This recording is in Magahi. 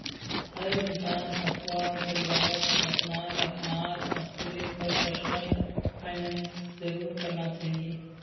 हर इंसान अथवा परिवारक अपनार अपनार स्तरेर पर पर्सनल फाइनैन्स जरूर करना चाहिए